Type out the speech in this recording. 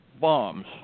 bombs